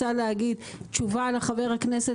תשובה לחבר הכנסת,